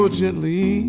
gently